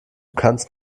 kannst